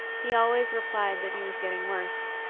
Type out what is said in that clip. he always replied that he was getting worse.